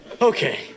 Okay